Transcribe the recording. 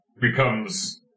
becomes